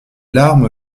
larmes